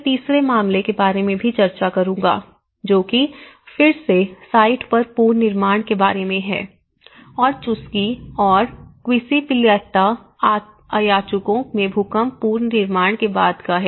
मैं तीसरे मामले के बारे में भी चर्चा करूंगा जो कि फिर से साइट पर पुनर्निर्माण के बारे में है और चुस्की और क्विस्पिलैक्टा अयाचुको में भूकंप पुनर्निर्माण के बाद का है